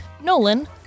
Nolan